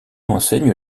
enseigne